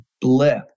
blip